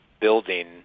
building